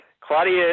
Claudia